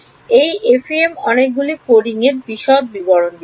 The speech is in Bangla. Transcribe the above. এই এফইএমের অনেকগুলি কোডিংয়ের বিশদ রয়েছে